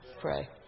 pray